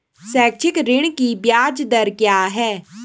शैक्षिक ऋण की ब्याज दर क्या है?